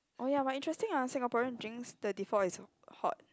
oh ya but interesting ah Singaporean drinks thirty four is hot